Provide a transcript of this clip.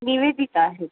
निवेदिता आहे